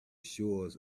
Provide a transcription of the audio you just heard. shore